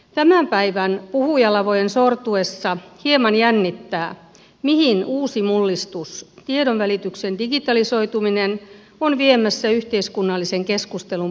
tämän päivän puhujalavojen sortuessa hieman jännittää mihin uusi mullistus tiedonvälityksen digitalisoituminen on viemässä yhteiskunnallisen keskustelun paikkoja